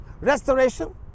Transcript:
restoration